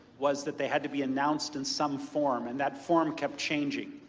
was that they had to be announced in some form, and that form kept changing.